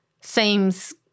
seems